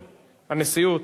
הנשיאות.